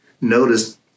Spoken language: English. notice